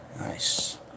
Nice